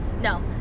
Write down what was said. no